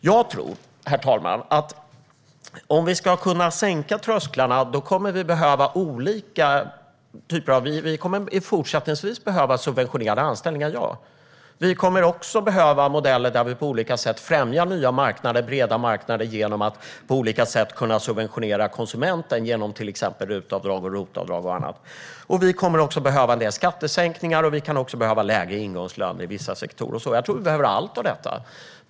Ja, om vi ska kunna sänka trösklarna kommer vi fortsättningsvis att behöva subventionerade anställningar. Vi kommer också att behöva modeller där vi på olika sätt främjar nya och breda marknader genom att subventionera konsumenten, genom till exempel RUT-avdrag, ROT-avdrag och annat. Vi kommer också att behöva en del skattesänkningar, och vi kan också behöva lägre ingångslöner i vissa sektorer. Jag tror att vi behöver allt av detta.